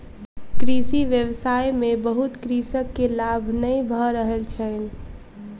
कृषि व्यवसाय में बहुत कृषक के लाभ नै भ रहल छैन